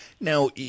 Now